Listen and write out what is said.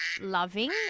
loving